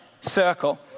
circle